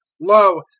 lo